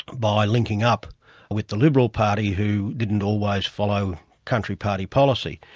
by linking up with the liberal party, who didn't always follow country party policy.